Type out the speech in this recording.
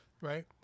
Right